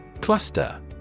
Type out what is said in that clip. Cluster